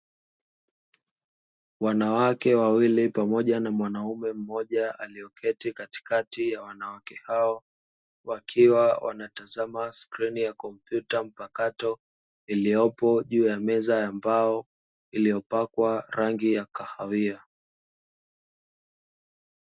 Wanawake wawili pamoja na mwanaume mmoja alioketi katikati ya wanawake hao wakiwa wanatazama skrini ya kompyuta mpakato iliyopo juu ya meza ya mbao iliyopakwa rangi ya kahawia.